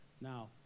Now